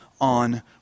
on